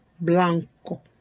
blanco